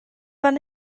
fan